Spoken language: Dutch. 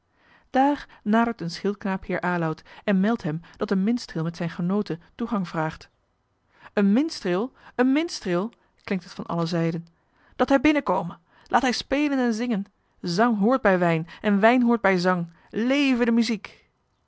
daar nadert een schildknaap heer aloud en meldt hem dat een minstreel met zijne genooten toegang vraagt een minstreel een minstreel klinkt het van alle zijden dat hij binnenkome laat hij spelen en zingen zang hoort bij wijn en wijn hoort bij zang leve de muziek